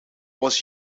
was